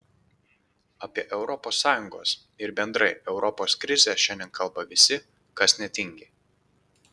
apie europos sąjungos ir bendrai europos krizę šiandien kalba visi kas netingi